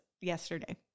yesterday